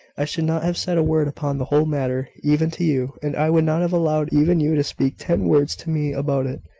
i should not have said a word upon the whole matter, even to you and i would not have allowed even you to speak ten words to me about it.